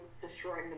destroying